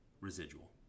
residual